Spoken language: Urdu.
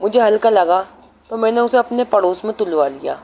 مجھے ہلکا لگا تو میں نے اسے اپنے پڑوس میں تلوا لیا